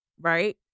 right